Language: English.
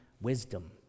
wisdom